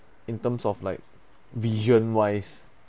in terms of like vision wise